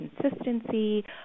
consistency